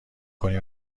کنی